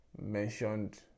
mentioned